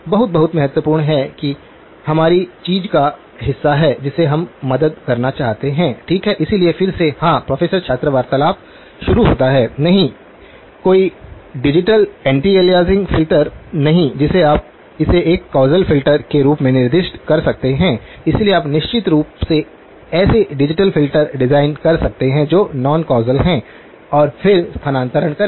बहुत बहुत महत्वपूर्ण है कि हमारी चीज का हिस्सा है जिसे हम मदद करना चाहते हैं और ठीक है इसलिए फिर से हां प्रोफेसर छात्र वार्तालाप शुरू होता है नहीं कोई डिजिटल एंटी अलियासिंग फ़िल्टर नहीं जिसे आप इसे एक कौसल फ़िल्टर के रूप में निर्दिष्ट कर सकते हैं इसलिए आप निश्चित रूप से ऐसे डिजिटल फ़िल्टर डिज़ाइन कर सकते हैं जो नॉन कौसल हैं और फिर स्थानांतरण करें